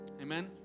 amen